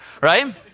right